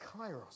kairos